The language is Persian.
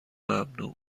ممنوع